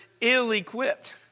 ill-equipped